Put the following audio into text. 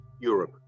europe